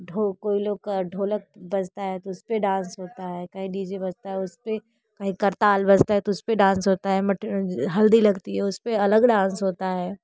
ढोलक बजता है तो उसपे डांस होता हैं कहीं डी जे बजता है उसपे करताल बजता है तो उसपे डांस होता है हल्दी लगती हैं उसपे अलग डांस होता है